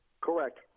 Correct